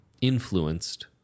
influenced